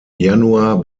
januar